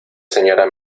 señora